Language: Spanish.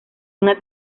una